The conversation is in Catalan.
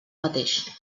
mateix